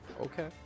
Okay